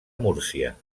múrcia